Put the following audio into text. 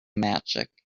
magic